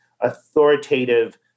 authoritative